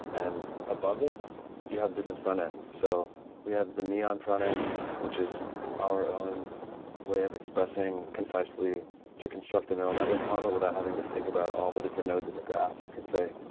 and above it you have different front-ends. so we have the neon front-end, which is our own way of expressing concisely to construct a neural network model without having to think about all the different nodes in the graph. you can say,